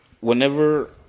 Whenever